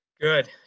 Good